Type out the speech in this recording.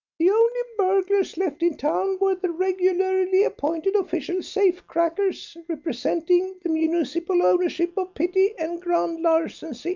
the only burglars left in town were the regularly appointed official safecrackers representing the municipal ownership of petty and grand larceny.